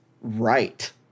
right